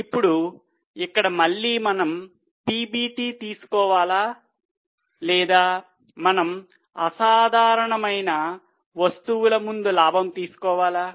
ఇప్పుడు ఇక్కడ మళ్ళీ మనం పిబిటి తీసుకోవాలా లేదా మనం అసాధారణమైన వస్తువుల ముందు లాభం తీసుకోవాలా